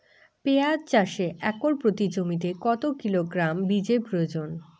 পেঁয়াজ চাষে একর প্রতি জমিতে কত কিলোগ্রাম বীজের প্রয়োজন?